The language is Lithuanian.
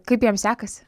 kaip jam sekasi